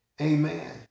Amen